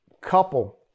couple